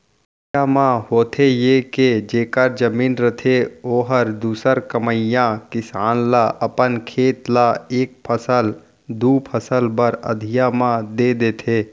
अधिया म होथे ये के जेखर जमीन रथे ओहर दूसर कमइया किसान ल अपन खेत ल एक फसल, दू फसल बर अधिया म दे देथे